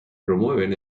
promueven